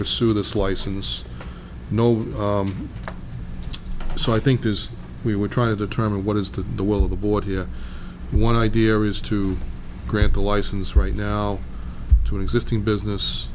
pursue this license know so i think is we were trying to determine what is the the will of the board here one idea is to grant the license right now to existing business